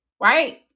right